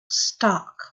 stark